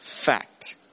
fact